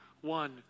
One